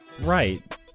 Right